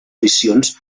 missions